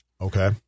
Okay